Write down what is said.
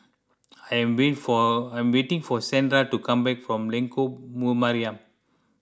I am wait for I am waiting for Shandra to come back from Lengkok Mariam